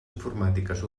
informàtiques